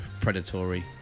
predatory